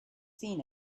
seen